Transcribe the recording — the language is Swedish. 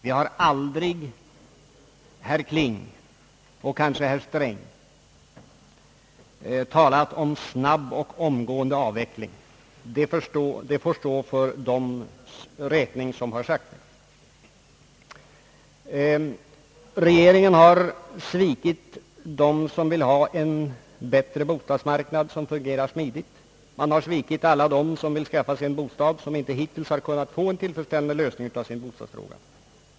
Vi har aldrig, herr Kling och kanske herr Sträng, talat om en snabb och omgående avveckling. Det får stå för deras räkning som har sagt det. Regeringen har svikit de människor som vill ha en bättre bostadsmarknad, som fungerar smidigt, och alla människor som vill ha en bostad, men som inte har kunnat nå en tillfredsställande lösning av sitt bostadsproblem.